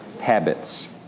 habits